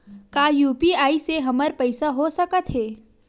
का यू.पी.आई से हमर पईसा हो सकत हे?